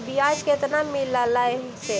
बियाज केतना मिललय से?